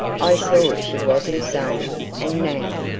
i saw she was insane and now!